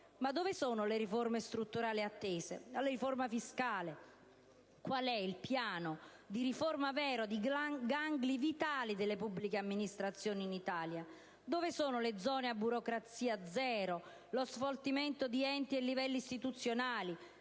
Dove sono le riforme strutturali attese? La riforma fiscale? Qual è il piano di riforma vero dei gangli vitali delle pubbliche amministrazioni in Italia? Dove sono le zone a burocrazia zero, lo sfoltimento di enti e livelli istituzionali,